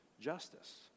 justice